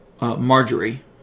Marjorie